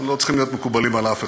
ולא צריכים להיות מקובלים על אף אחד.